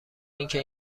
اینکه